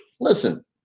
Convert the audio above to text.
Listen